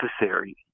necessary